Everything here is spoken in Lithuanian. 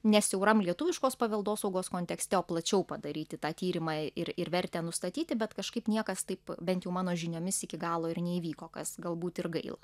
ne siauram lietuviškos paveldosaugos kontekste o plačiau padaryti tą tyrimą ir ir vertę nustatyti bet kažkaip niekas taip bent jau mano žiniomis iki galo ir neįvyko kas galbūt ir gaila